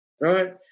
right